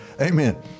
Amen